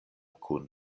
kun